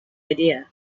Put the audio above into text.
idea